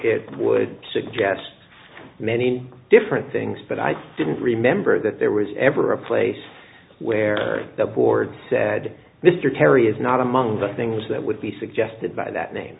it would suggest many different things but i didn't remember that there was ever a place where the board said mr kerry is not among the things that would be suggested by that name